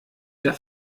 der